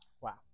Wow